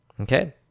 okay